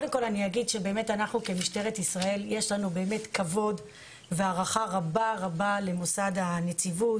לנו כמשטרת ישראל יש כבוד והערכה רבה למוסד הנציבות.